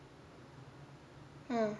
mm